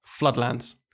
Floodlands